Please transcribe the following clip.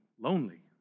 lonely